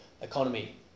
economy